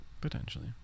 Potentially